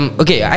okay